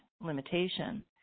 limitation